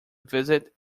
visit